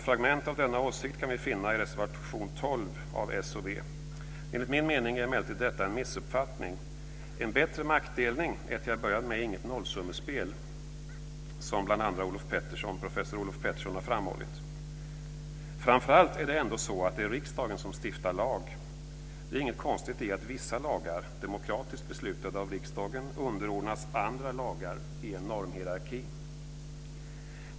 Fragment av denna åsikt kan vi finna i reservation 12 av s och v. Enligt min mening är detta emellertid en missuppfattning. En bättre maktdelning är till att börja med inget nollsummespel, som bl.a. professor Olof Petersson har framhållit. Framför allt är det ändå så att det är riksdagen som stiftar lag. Det är inget konstigt i att vissa lagar, demokratiskt beslutade av riksdagen, underordnas andra lagar i en normhierarki.